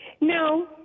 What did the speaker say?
No